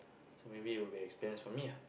so maybe it will be experience for me ah